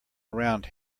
around